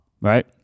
right